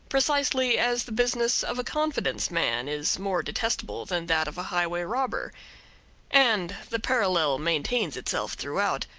precisely as the business of a confidence man is more detestable than that of a highway robber and the parallel maintains itself throughout,